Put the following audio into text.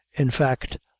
in fact,